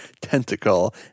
tentacle